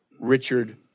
Richard